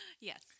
yes